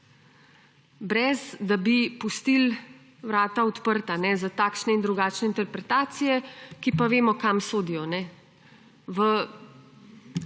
brez da bi pustili vrata odprta za takšne in drugačne interpretacije, za katere pa vemo, kam sodijo,